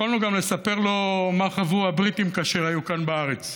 יכולנו גם לספר לו מה חוו הבריטים כאשר היו כאן בארץ.